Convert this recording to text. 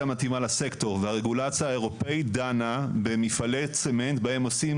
המתאימה לסקטור והרגולציה האירופאית דנה במפעלי צמנט בהם עושים